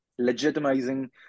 legitimizing